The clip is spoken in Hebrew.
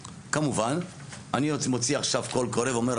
כמובן אני מוציא עכשיו קול קורא ואומר,